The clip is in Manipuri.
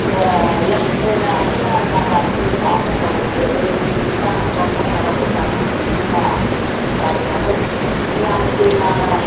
ꯌꯥꯝꯅ ꯍꯦꯟꯅ ꯑꯈꯣꯏꯅ ꯀꯔꯕꯥꯔꯁꯦ ꯆꯥꯎꯅ ꯇꯧꯔꯨꯗ꯭ꯔꯦ ꯑꯗꯨꯒ ꯌꯨꯝꯒꯤ ꯆꯥꯅꯕ ꯈꯣꯠꯅꯕ ꯀꯩ ꯀꯥ ꯇꯧꯕꯅꯤꯅꯅꯦ ꯀꯩꯅꯣ ꯇꯧꯗꯦ ꯀꯌꯥꯝ ꯀꯨꯏꯅ